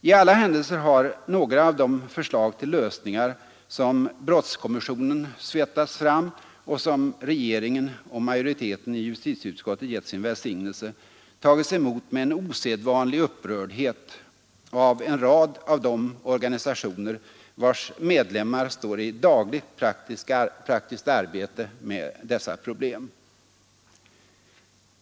I alla händelser har några av de förslag till lösningar, som brottskommissionen svettats fram och som regeringen och majoriteten i justitieutskottet gett sin välsignelse, tagits emot med en osedvanlig upprördhet av en rad av de organisationer vilkas medlemmar står i dagligt praktiskt arbete med dessa problem.